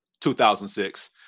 2006